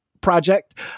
project